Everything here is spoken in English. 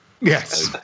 yes